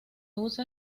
usa